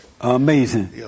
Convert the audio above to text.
Amazing